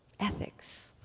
ethics,